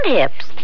hips